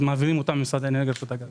אז מעבירים אותם ממשרד האנרגיה לרשות הגז.